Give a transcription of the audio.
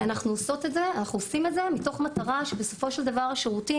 אנחנו עושים את זה מתוך מטרה שבסופו של דבר השירותים